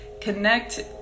connect